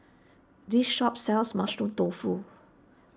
this shop sells Mushroom Tofu